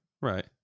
right